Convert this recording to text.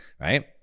right